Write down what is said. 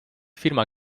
firma